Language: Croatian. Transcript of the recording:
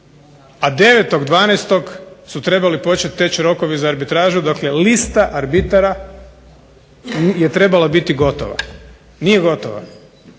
a 9.12. su trebali početi teći rokovi za arbitražu, dakle lista arbitara je trebala biti gotova. Nije gotova,